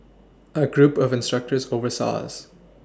a group of instructors oversaw us